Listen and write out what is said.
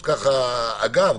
אגב,